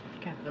Okay